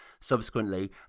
subsequently